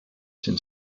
sind